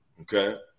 okay